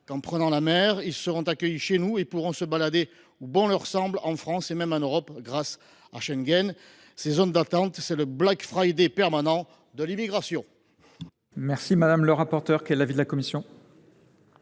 en prenant la mer, qu’ils seront accueillis chez nous, qu’ils pourront se balader où bon leur semble en France et même en Europe, grâce à Schengen. Ces zones d’attente, c’est le Black Friday permanent de l’immigration